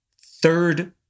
third